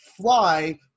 fly